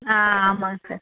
ஆ ஆமாங்க சார்